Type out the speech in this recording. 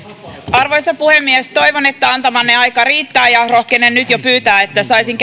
arvoisa puhemies toivon että antamanne aika riittää ja rohkenen nyt jo pyytää että saisin